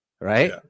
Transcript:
right